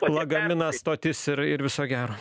lagaminas stotis ir ir viso gero